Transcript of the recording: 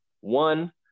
One